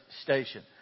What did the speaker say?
station